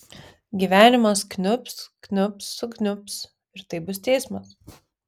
gyvenimas kniubs kniubs sukniubs ir tai bus teismas